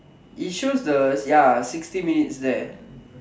it shows the ya sixty minutes there